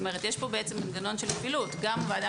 כלומר יש פה מנגנון של כפילות גם ועדה